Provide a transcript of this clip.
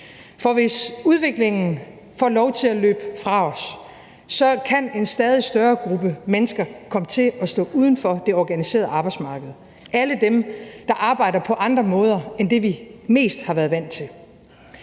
For hvis udviklingen får lov til at løbe fra os, kan en stadig større gruppe mennesker komme til at stå uden for det organiserede arbejdsmarked. Det er alle dem, der arbejder på andre måder end det, vi mest har været vant til.